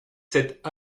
sept